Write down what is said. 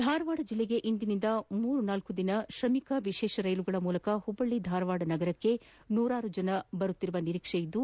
ಧಾರವಾದ ಜಿಲ್ಲೆಗೆ ಇಂದಿನಿಂದ ಮೂರು ನಾಲ್ಕು ದಿನ ಶ್ರಮಿಕ್ ವಿಶೇಷ ರೈಲಿನ ಮೂಲಕ ಹುಬ್ಬ ಳ್ಳಿ ಧಾರವಾದ ನಗರಕ್ಕೆ ನೂರಾರು ಜನರು ಆಗಮಿಸುವ ನಿರೀಕ್ಷೆ ಇದ್ದು